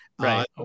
Right